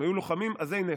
הם היו לוחמים עזי נפש.